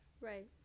Right